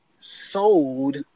sold